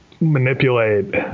manipulate